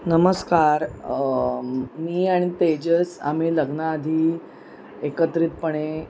नमस्कार मी आणि तेजस आम्ही लग्नाआधी एकत्रितपणे